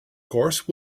course